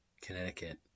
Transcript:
Connecticut